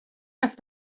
است